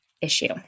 issue